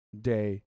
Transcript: Day